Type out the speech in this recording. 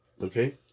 okay